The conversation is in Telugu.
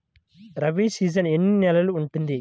రబీ సీజన్ ఎన్ని నెలలు ఉంటుంది?